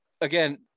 again